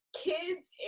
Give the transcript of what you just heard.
Kids